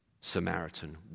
Samaritan